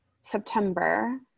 September